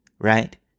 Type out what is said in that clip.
right